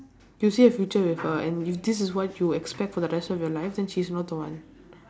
you'll see a future with her and if this is what you expect for the rest of your life then she's not the one